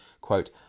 quote